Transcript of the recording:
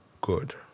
good